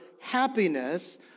happiness